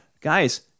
guys